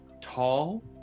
tall